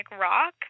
rock